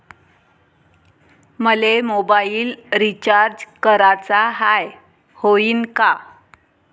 मले mobile recharge कराचा हाय, होईनं का?